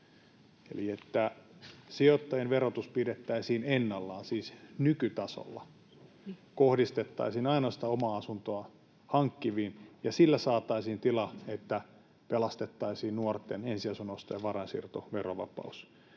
eli sijoittajien verotus pidettäisiin ennallaan, siis nykytasolla, kohdistettaisiin ainoastaan omaa asuntoa hankkiviin, ja sillä saataisiin tila, että pelastettaisiin nuorten ensiasunnon ostajien varainsiirtoverovapaus.